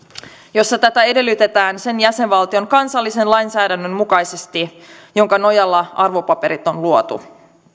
jossa tätä edellytetään sen jäsenvaltion kansallisen lainsäädännön mukaisesti jonka nojalla arvopaperit on luotu